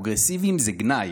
פרוגרסיבי זה גנאי,